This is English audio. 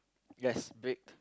yes big